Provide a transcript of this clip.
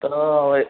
ତ